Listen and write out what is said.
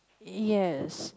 yes